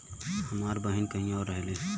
हमार बहिन कहीं और रहेली